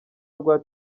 rwa